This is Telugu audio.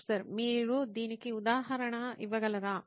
ప్రొఫెసర్ మీరు దీనికి ఉదాహరణ ఇవ్వగలరా